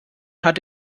hat